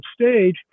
stage